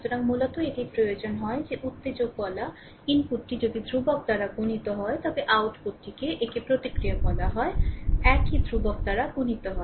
সুতরাং মূলত এটির প্রয়োজন হয় যে উত্তেজক বলা ইনপুটটি যদি ধ্রুবক দ্বারা গুণিত হয় তবে আউটপুটটিকে একে প্রতিক্রিয়া বলা হয় একই ধ্রুবক দ্বারা গুণিত হয়